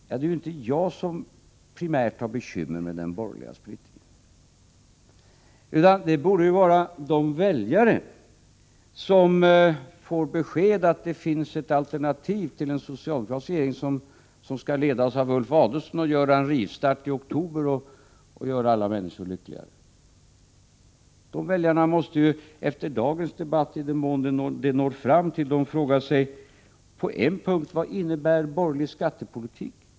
Men det är ju inte jag som primärt har bekymmer med den splittringen, utan det borde ju vara de väljare som får beskedet att det finns ett alternativ till en socialdemokratisk regering som skall ledas av Ulf Adelsohn och göra en rivstart i oktober och göra alla människor lyckliga. De väljarna måste efter dagens debatt — i den mån den når ut till dem — på en punkt fråga sig: Vad innebär borgerlig skattepolitik?